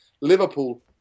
Liverpool